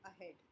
ahead